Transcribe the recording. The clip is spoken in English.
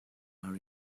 are